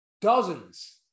dozens